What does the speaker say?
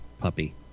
puppy